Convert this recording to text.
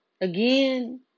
again